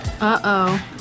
Uh-oh